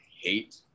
hate